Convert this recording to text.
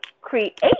create